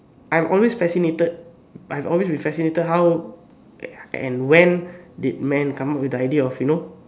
I'm always fascinated I have always been fascinated at how and when did man come out with the idea of you know